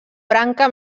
branca